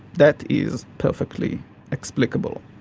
that is perfectly explicable.